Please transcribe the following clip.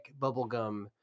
bubblegum